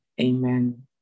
Amen